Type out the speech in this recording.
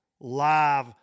live